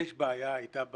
יש בעיה, הייתה בעיה,